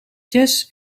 jazz